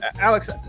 Alex